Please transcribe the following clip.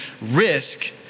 risk